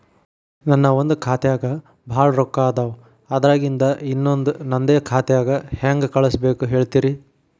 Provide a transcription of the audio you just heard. ನನ್ ಒಂದ್ ಖಾತ್ಯಾಗ್ ಭಾಳ್ ರೊಕ್ಕ ಅದಾವ, ಅದ್ರಾಗಿಂದ ಇನ್ನೊಂದ್ ನಂದೇ ಖಾತೆಗೆ ಹೆಂಗ್ ಕಳ್ಸ್ ಬೇಕು ಹೇಳ್ತೇರಿ?